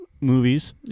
movies